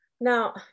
now